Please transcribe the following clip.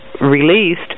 released